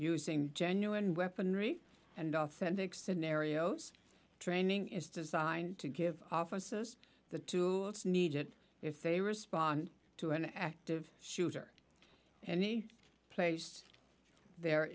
using genuine weaponry and authentic scenarios training is designed to give offices the two needed if they respond to an active shooter and he placed there